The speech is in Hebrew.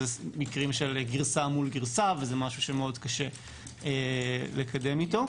הם מקרים של גרסה מול גרסה וזה משהו שמאוד קשה לקדם אותו.